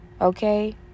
okay